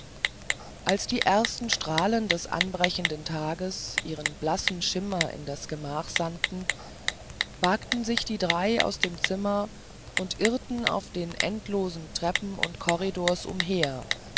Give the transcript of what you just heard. als die ersten strahlen des anbrechenden tages ihren blassen schimmer in das gemach sandten wagten sich die drei aus dem zimmer und irrten auf den endlosen treppen und corridors umher